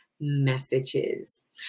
messages